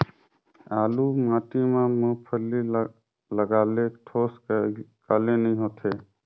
बालू माटी मा मुंगफली ला लगाले ठोस काले नइ होथे?